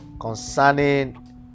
concerning